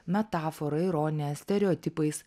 metafora ironija stereotipais